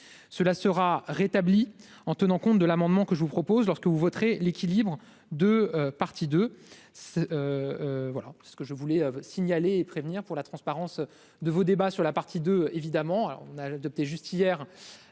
cela sera rétablie en tenant compte de l'amendement que je vous propose, lorsque vous voterez l'équilibre de parties de ce voilà ce que je voulais signaler et prévenir pour la transparence de vos débats sur la partie de évidemment, alors on a adopté juste hier